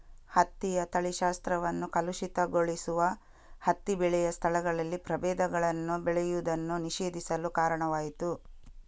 ಹತ್ತಿಯ ತಳಿಶಾಸ್ತ್ರವನ್ನು ಕಲುಷಿತಗೊಳಿಸುವ ಹತ್ತಿ ಬೆಳೆಯ ಸ್ಥಳಗಳಲ್ಲಿ ಪ್ರಭೇದಗಳನ್ನು ಬೆಳೆಯುವುದನ್ನು ನಿಷೇಧಿಸಲು ಕಾರಣವಾಯಿತು